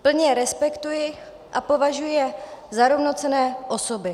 Plně je respektuji a považuji je za rovnocenné osoby.